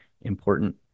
important